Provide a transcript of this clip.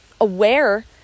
aware